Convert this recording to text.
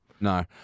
No